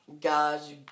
Guys